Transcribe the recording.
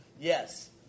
Yes